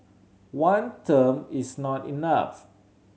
one term is not enough